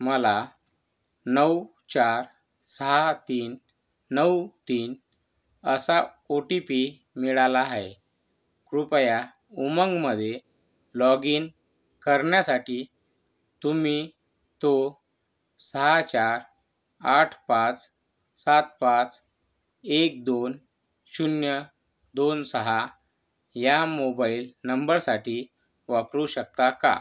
मला नऊ चार सहा तीन नऊ तीन असा ओ टी पी मिळाला आहे कृपया उमंगमध्ये लॉग इन करण्यासाठी तुम्ही तो सहा चार आठ पाच सात पाच एक दोन शून्य दोन सहा या मोबाइल नंबरसाठी वापरू शकता का